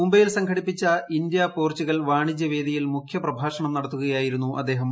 മുംബൈയിൽ സംഘടിപ്പിച്ച India Portugal വാണിജ്യ വേദിയിൽ മുഖ്യപ്രഭാഷണം നടത്തുകയായിരുന്നു അദ്ദേഹം